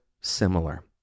similar